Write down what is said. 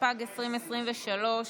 התשפ"ג 2023,